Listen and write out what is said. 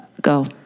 Go